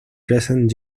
recent